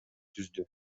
түздү